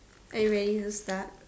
are you ready to start